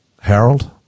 Harold